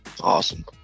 Awesome